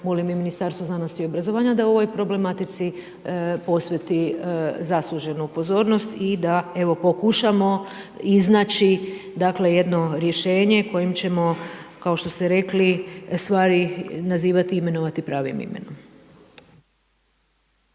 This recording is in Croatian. molim i u Ministarstvu znanosti i obrazovanja da o ovoj problematici posveti zasluženu pozornost i da evo pokušamo iznaći jedino rješenje kojim ćemo kao što ste rekli, stvari nazivati i imenovati pravim imenom.